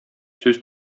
сүз